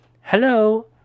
Hello